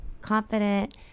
confident